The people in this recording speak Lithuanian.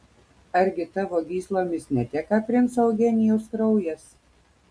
argi tavo gyslomis neteka princo eugenijaus kraujas